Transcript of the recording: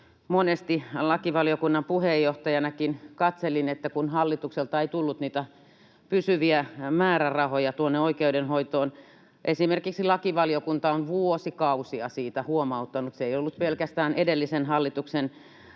monesti lakivaliokunnan puheenjohtajanakin katselin, kun hallitukselta ei tullut pysyviä määrärahoja oikeudenhoitoon. Esimerkiksi lakivaliokunta on vuosikausia siitä huomauttanut. Se ei ollut pelkästään edellisen hallituksen